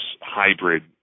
hybrid